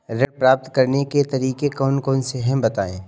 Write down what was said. ऋण प्राप्त करने के तरीके कौन कौन से हैं बताएँ?